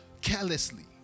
carelessly